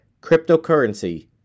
cryptocurrency